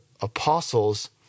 apostles